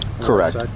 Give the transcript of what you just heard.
Correct